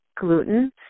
gluten